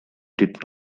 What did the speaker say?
did